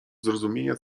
zrozumienia